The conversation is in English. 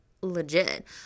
legit